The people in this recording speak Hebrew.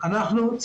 עברו